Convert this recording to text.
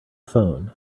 phone